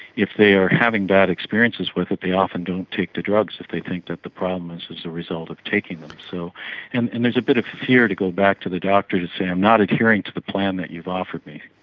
if they are having bad experiences with it they often don't take the drugs if they think that the problem is as a result of taking them. so and and there's a bit of fear to go back to the doctors and say i'm not adhering to the plan that you've offered me.